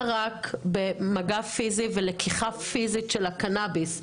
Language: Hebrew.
רק במגע פיזי ולקיחה פיזית של הקנאביס.